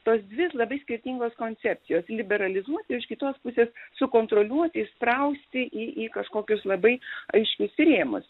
tos dvi labai skirtingos koncepcijos liberalizmo ir iš kitos pusės sukontroliuot įsprausti į į kažkokius labai aiškius rėmus